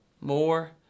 more